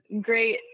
great